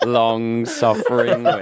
long-suffering